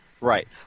Right